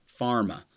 Pharma